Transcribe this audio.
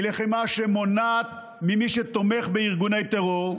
היא לחימה שמונעת ממי שתומך בארגוני טרור,